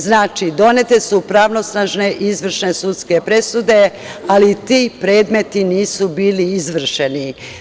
Znači, donete su pravosnažne i izvršne sudske presude, ali ti predmeti nisu bili izvršeni.